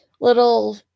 little